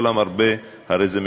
כל המרבה הרי זה משובח,